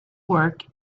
work